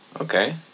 Okay